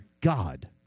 God